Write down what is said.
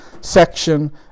section